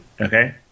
Okay